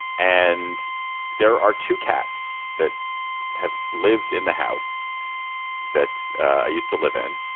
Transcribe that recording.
and there are two cats that have lived in the house that i used to live in.